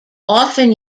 often